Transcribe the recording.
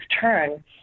turn